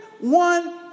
one